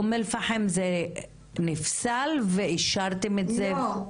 אום אל-פחם נפסל והשארתם את זה --- לא.